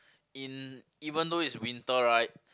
in even though it's winter right